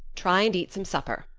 try and eat some supper.